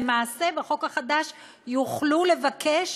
למעשה בחוק החדש יוכלו לבקש,